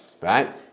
right